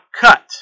cut